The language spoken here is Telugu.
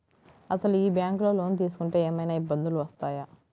అసలు ఈ బ్యాంక్లో లోన్ తీసుకుంటే ఏమయినా ఇబ్బందులు వస్తాయా?